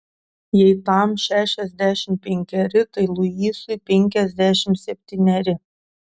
jei tam šešiasdešimt penkeri tai luisui penkiasdešimt septyneri